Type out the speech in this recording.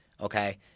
Okay